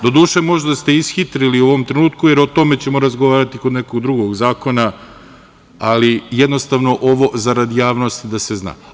Doduše možda ste ishitrili u ovom trenutku, jer o tome ćemo razgovarati kod nekog drugog zakona, ali jednostavno ovo zarad javnosti da se zna.